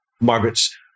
Margaret's